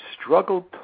struggled